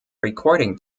recording